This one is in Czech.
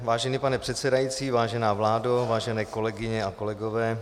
Vážený pane předsedající, vážená vládo, vážené kolegyně a kolegové.